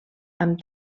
amb